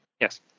yes